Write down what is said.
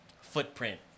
footprint